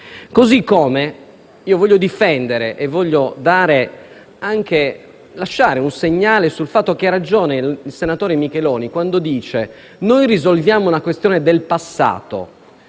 stesso modo voglio difendere e lasciare un segnale, affermando che ha ragione il senatore Micheloni, quando dice che risolviamo una questione del passato,